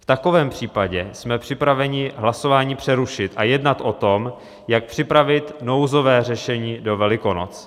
V takovém případě jsme připraveni hlasování přerušit a jednat o tom, jak připravit nouzové řešení do Velikonoc.